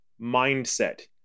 mindset